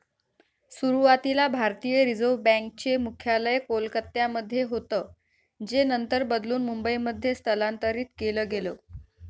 सुरुवातीला भारतीय reserve bank चे मुख्यालय कोलकत्यामध्ये होतं जे नंतर बदलून मुंबईमध्ये स्थलांतरीत केलं गेलं